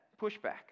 pushback